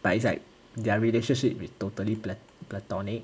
but it's like their relationship is totally pla~ platonic